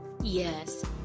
Yes